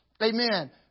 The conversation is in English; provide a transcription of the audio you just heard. amen